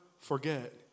forget